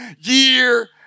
year